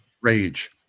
Rage